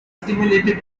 stimulated